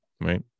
right